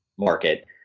market